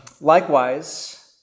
likewise